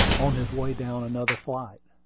on his way down another flight.